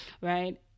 right